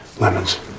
Lemons